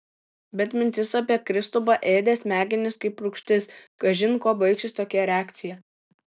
bet mintis apie kristupą ėdė smegenis kaip rūgštis kažin kuo baigsis tokia reakcija